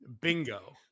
Bingo